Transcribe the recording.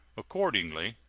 accordingly,